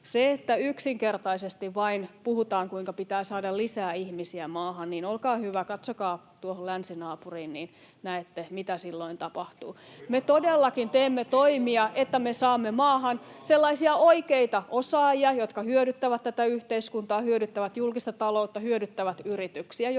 Kun yksinkertaisesti vain puhutaan, kuinka pitää saada lisää ihmisiä maahan, niin olkaa hyvä, katsokaa tuohon länsinaapuriin, niin näette, mitä silloin tapahtuu. [Timo Harakka: Tuo on halpaa!] Me todellakin teemme toimia, että me saamme maahan sellaisia oikeita osaajia, jotka hyödyttävät tätä yhteiskuntaa, hyödyttävät julkista taloutta, hyödyttävät yrityksiä ja